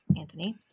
Anthony